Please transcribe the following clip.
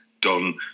done